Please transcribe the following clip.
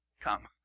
come